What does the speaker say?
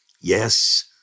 Yes